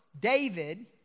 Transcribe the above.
David